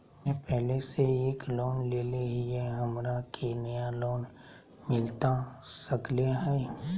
हमे पहले से एक लोन लेले हियई, हमरा के नया लोन मिलता सकले हई?